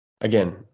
again